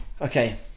Okay